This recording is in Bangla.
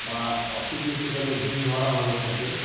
বা অসুখ বিসুখ হলে ঝিম ধরা হয়ে থাকে